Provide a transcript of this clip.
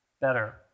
better